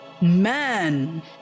Man